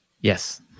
Yes